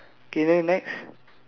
okay then next